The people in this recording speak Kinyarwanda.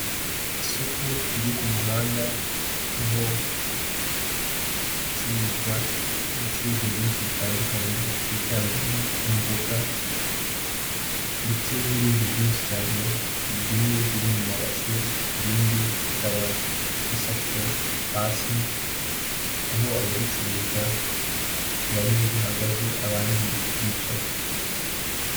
Ishusho iri mu ibara ry'ubururu ndetse n'umweru ishushanyijeho telefone iri kugaragazaho akanyenyeri maganinani urwego hari imibare yanditswe impande hariho amagambo ari mu rurimi rw'icyongereza ndetse n'andi ari mu ururimi rw'ikinyarwanda makeya na nimero za telefoni.